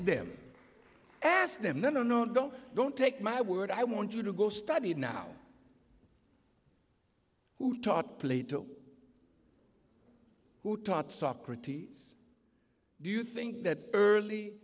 them ask them no no no no don't take my word i want you to go study now who taught plato who taught socrates do you think that early